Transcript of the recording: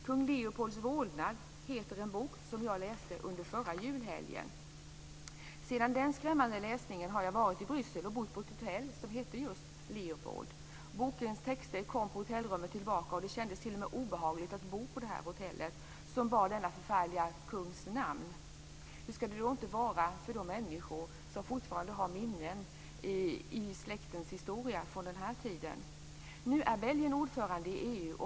Kung Leopolds vålnad heter en bok som jag läste under förra julhelgen. Sedan den skrämmande läsningen har jag varit i Bryssel och bott på ett hotell som heter just Leopold. Bokens texter kom liksom tillbaka på hotellrummet. Det kändes t.o.m. obehagligt att bo på detta hotell som bar den här förfärlige kungens namn. Hur ska det då inte vara för de människor som fortfarande har minnen i släktens historia från den tiden? Nu är Belgien ordförandeland i EU.